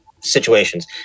situations